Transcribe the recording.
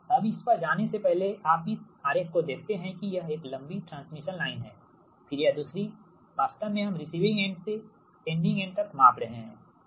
अब इस पर जाने से पहले आप इस आरेख को देखते हैं कि यह एक लंबी ट्रांसमिशन लाइन है फिर यह दूरी वास्तव में हम रिसीविंग एंड से सेंडिंग एंड तक माप रहे हैं